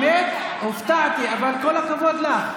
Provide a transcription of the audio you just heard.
האמת, הופתעתי, אבל כל הכבוד לה.